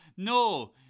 No